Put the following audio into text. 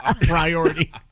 priority